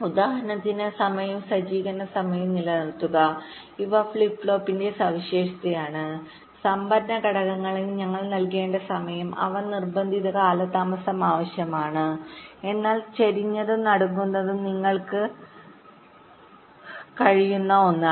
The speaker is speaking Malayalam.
ഉദാഹരണത്തിന് സമയവും സജ്ജീകരണ സമയവും നിലനിർത്തുക ഇവ ഫ്ലിപ്പ് ഫ്ലോപ്പിന്റെ സവിശേഷതയാണ് സംഭരണ ഘടകങ്ങൾ ഞങ്ങൾ നൽകേണ്ട സമയം അവ നിർബന്ധിത കാലതാമസം ആവശ്യകതകളാണ് എന്നാൽ ചരിഞ്ഞതും നടുക്കുന്നതും നിങ്ങൾക്ക് കളിക്കാൻ കഴിയുന്ന ഒന്നാണ്